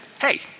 hey